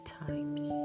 times